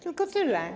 Tylko tyle.